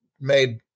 made